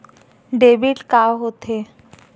Debit का होथे?